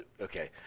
Okay